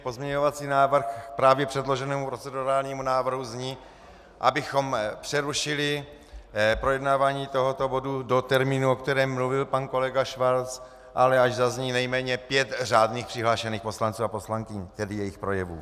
Pozměňovací návrh k právě předloženému procedurálnímu návrhu zní, abychom přerušili projednávání tohoto bodu do termínu, o kterém mluvil pan kolega Schwarz, ale až zazní nejméně pět řádně přihlášených poslanců a poslankyní, tedy jejich projevů.